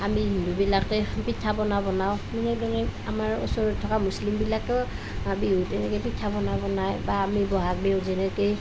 আমি হিন্দুবিলাকে পিঠা পনা বনাওঁ কোনো কোনোৱে আমাৰ ওচৰত থকা মুছলিমবিলাকেও বিহুত এনেকৈ পিঠা পনা বনাই বা আমি বহাগ বিহুত যেনেকেই